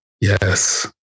Yes